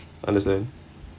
understand